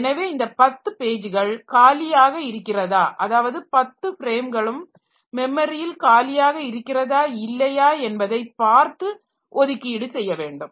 எனவே இந்த 10 பேஜ்கள் காலியாக இருக்கிறதா அதாவது 10 ஃப்ரேம்களும் மெமரியில் காலியாக இருக்கிறதா இல்லையா என்பதை பார்த்து ஒதுக்கீடு செய்ய வேண்டும்